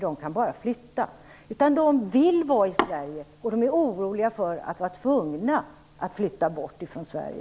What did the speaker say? De kan bara flytta. De vill vara i Sverige, och de är oroliga för att vara tvungna att flytta bort ifrån Sverige.